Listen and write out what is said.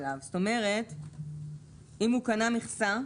אבל למה 25,000?